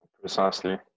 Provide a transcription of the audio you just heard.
Precisely